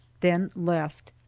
then left.